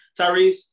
Tyrese